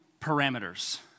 parameters